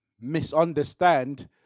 misunderstand